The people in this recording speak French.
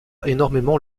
énormément